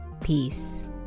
Peace